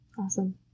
Awesome